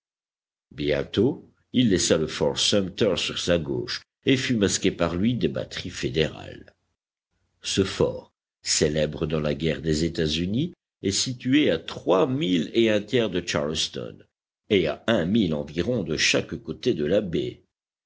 bientôt il laissa le fort sumter sur sa gauche et fut masqué par lui des batteries fédérales ce fort célèbre dans la guerre des états-unis est situé à trois milles un tiers de charleston et à un mille environ de chaque côté de la baie